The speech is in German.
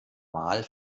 mal